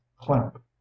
clamp